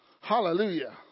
Hallelujah